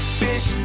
fish